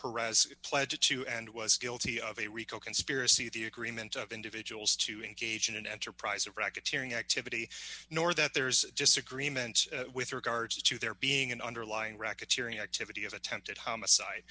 pereira's pledge to and was guilty of a rico conspiracy the agreement of individuals to engage in an enterprise of racketeering activity nor that there's disagreement with regards to there being an underlying racketeering activity of attempted homicide